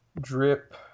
Drip